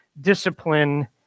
discipline